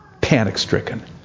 Panic-stricken